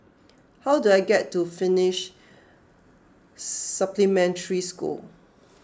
how do I get to Finnish Supplementary School